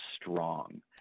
strong